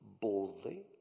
boldly